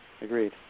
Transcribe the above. agreed